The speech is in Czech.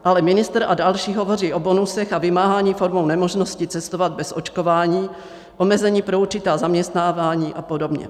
Ale ministr a další hovoří o bonusech a vymáhání formou nemožnosti cestovat bez očkování, omezení pro určitá zaměstnávání apod.